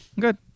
Good